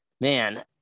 man